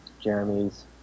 Jeremy's